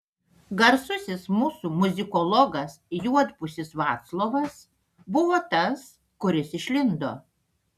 garsusis mūsų muzikologas juodpusis vaclovas buvo tas kuris išlindo